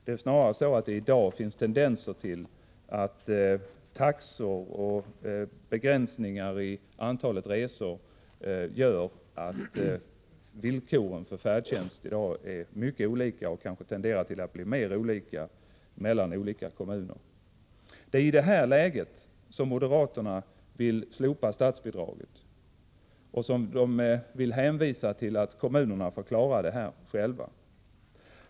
Det är snarare så att det i dag finns tendenser till att taxor och begränsningar i antalet resor gör att villkoren för färdtjänsten är mycket olika och kanske tenderar att bli än mer olika mellan olika kommuner. I detta läge vill moderaterna slopa statsbidraget, och man hänvisar till att kommunerna får klara detta själva.